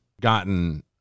gotten